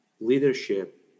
leadership